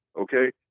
Okay